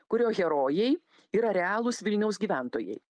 kurio herojai yra realūs vilniaus gyventojai